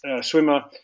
swimmer